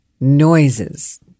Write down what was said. noises